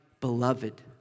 beloved